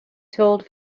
told